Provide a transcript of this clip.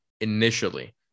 initially